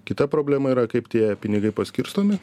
kita problema yra kaip tie pinigai paskirstomi